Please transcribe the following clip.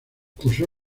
cursó